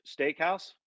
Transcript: steakhouse